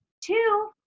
Two